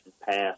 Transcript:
passed